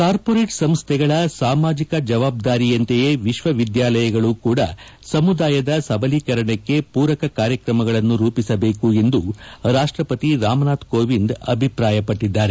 corporate ಸಂಸ್ಥೆಗಳ ಸಾಮಾಜಿಕ ಜವಾಬ್ದಾರಿಯಂತೆಯೇ ವಿಶ್ವವಿದ್ದಾಲಯಗಳೂ ಕೂಡ ಸಮುದಾಯದ ಸಬಲೀಕರಣಕ್ಕೆ ಪೂರಕ ಕಾರ್ಯಕ್ರಮಗಳನ್ನು ರೂಪಿಸಬೇಕು ಎಂದು ರಾಷ್ಟಪತಿ ರಾಮನಾಥ್ ಕೋವಿಂದ್ ಅಭಿಪ್ರಾಯಪಟ್ಟದ್ದಾರೆ